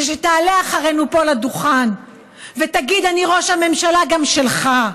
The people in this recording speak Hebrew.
זה שתעלה אחרינו פה לדוכן ותגיד: אני ראש הממשלה גם שלך,